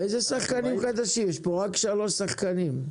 איזה שחקנים חדשים, יש פה רק שלושה שחקנים.